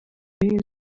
y’ingabo